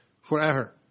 forever